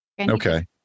Okay